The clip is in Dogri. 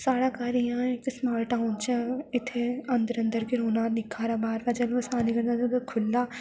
स्हाड़ा घर इ'यां इक समाल टाउन च इत्थै अंदर अंदर गै रौह्ना निक्का हारा बाह्र ते चलो असानी कन्नै खु'ल्ला